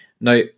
Now